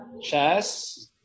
Chess